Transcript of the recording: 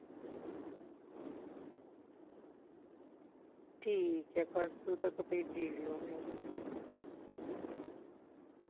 ठीकर परसों तगर भेजी ओड़ेओ ते